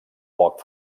poc